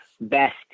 best